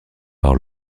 par